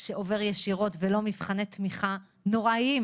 שעובר ישירות ולא מבחני תמיכה נוראיים.